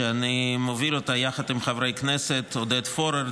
שאני מוביל אותה יחד עם חברי הכנסת עודד פורר,